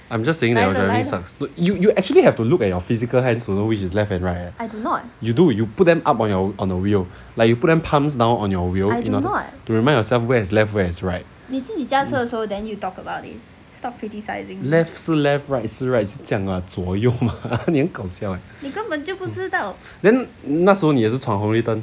I'm just saying that your driving sucks you you actually have to look at your physical hands to know which is left and right leh you do you put them up on your on the wheel like you put them palms down on your wheel to to remind yourself where is left where is right left 是 left right 是 right 是这样左右 你很搞笑 leh then 那时候你也是闯红绿灯